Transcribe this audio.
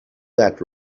that